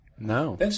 No